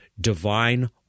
divine